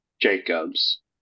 Jacobs